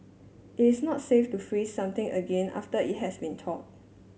it is not safe to freeze something again after it has been thawed